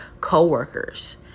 co-workers